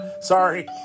Sorry